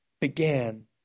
began